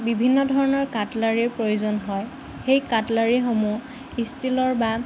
বিভিন্ন ধৰণৰ কাট্লেৰিৰ প্ৰয়োজন হয় সেই কাট্লেৰিসমূহ ষ্টীলৰ বা